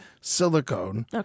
silicone